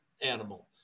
animal